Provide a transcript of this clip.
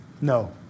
No